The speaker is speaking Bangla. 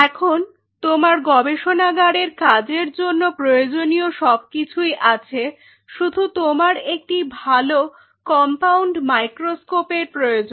এখন তোমার গবেষণাগারের কাজের জন্য প্রয়োজনীয় সবকিছুই আছে শুধু তোমার একটি ভালো কম্পাউন্ড মাইক্রোস্কোপের প্রয়োজন